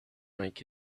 make